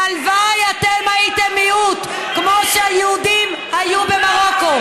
והלוואי שאתם הייתם מיעוט כמו שהיהודים היו במרוקו.